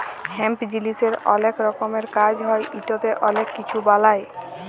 hemp জিলিসের অলেক রকমের কাজ হ্যয় ইটতে অলেক কিছু বালাই